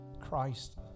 Christ